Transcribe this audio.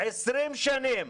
20 שנים.